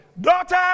Daughter